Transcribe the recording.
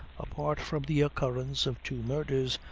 apart from the occurrence of two murders,